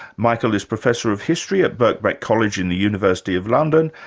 michael is professor of history at birkbeck college in the university of london.